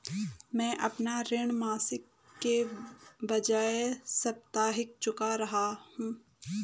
मैं अपना ऋण मासिक के बजाय साप्ताहिक चुका रहा हूँ